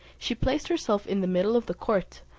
she placed herself in the middle of the court,